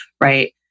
Right